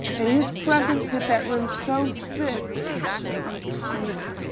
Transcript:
and his presence hit that room so thick that you could feel it.